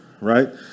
right